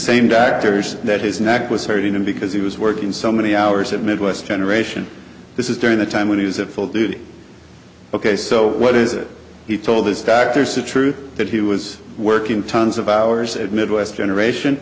same doctors that his neck was hurting him because he was working so many hours at midwest generation this is during the time when he was at full duty ok so what is it he told his doctors the truth that he was working tons of hours at midwest generation